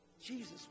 Jesus